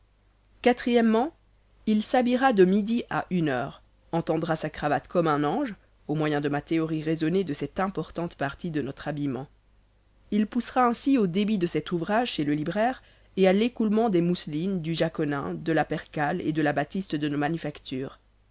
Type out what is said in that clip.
o il s'habillera de midi à une heure entendra sa cravate comme un ange au moyen de ma théorie raisonnée de cette importante partie de notre habillement il poussera ainsi au débit de cet ouvrage chez le libraire et à l'écoulement des mousselines du jaconin de la perkale et de la batiste de nos manufactures